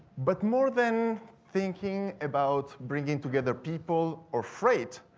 but more than thinking about bringing together people or freight,